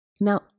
now